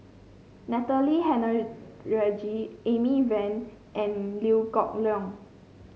Natalie Amy Van and Liew Geok Leong